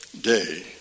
day